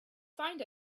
find